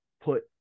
put